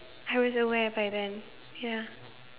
I was aware by then ya